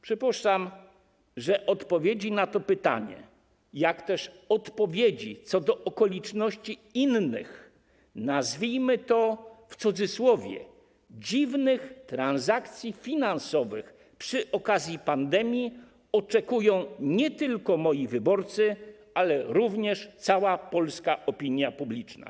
Przypuszczam, że odpowiedzi na to pytanie, jak też odpowiedzi co do okoliczności innych, nazwijmy to, w cudzysłowie, dziwnych transakcji finansowych przy okazji pandemii, oczekują nie tylko moi wyborcy, ale oczekuje również cała polska opinia publiczna.